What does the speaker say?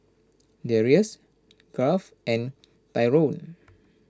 Darrius Garth and Tyrone